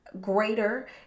greater